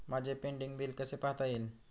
माझे pending bill कसे पाहता येईल?